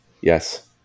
Yes